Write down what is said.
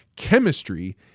Chemistry